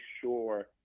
sure